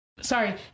Sorry